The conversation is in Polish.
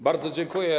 Bardzo dziękuję.